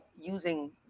using